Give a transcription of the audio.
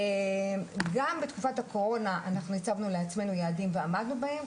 גם בתקופת הקורונה אנחנו הצבנו לעצמנו יעדים ועמדנו בהם,